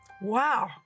Wow